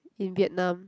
in Vietnam